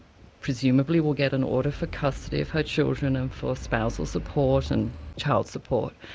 presumably will get an order for custody of her children and for spousal support and child support,